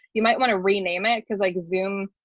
you might want to rename it because like zoom,